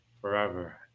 forever